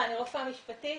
אני רופאה משפטית.